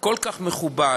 כל כך מכובד,